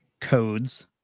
codes